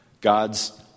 God's